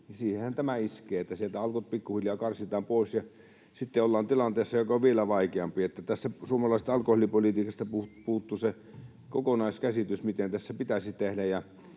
edelleen. Sieltä Alkot pikkuhiljaa karsitaan pois, ja sitten ollaan tilanteessa, joka on vielä vaikeampi. Tästä suomalaisesta alkoholipolitiikasta puuttuu se kokonaiskäsitys, mitä tässä pitäisi tehdä.